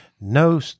no